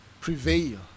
prevail